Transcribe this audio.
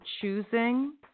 choosing